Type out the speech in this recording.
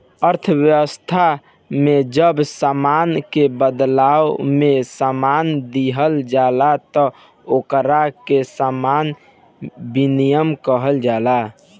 अर्थव्यवस्था में जब सामान के बादला में सामान दीहल जाला तब ओकरा के सामान विनिमय कहल जाला